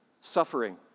Suffering